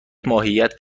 ماهیت